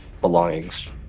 belongings